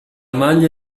maglia